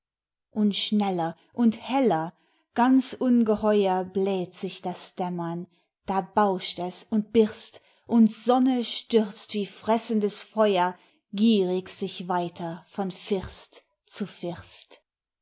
und schneller und heller ganz ungeheuer bläht sich das dämmern da bauscht es und birst und sonne stürzt wie fressendes feuer gierig sich weiter von first zu first